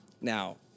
Now